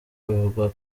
bivugwa